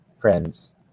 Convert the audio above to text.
friends